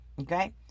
Okay